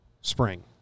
spring